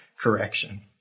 correction